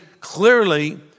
clearly